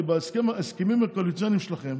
כי בהסכמים הקואליציוניים שלכם